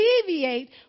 deviate